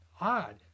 Odd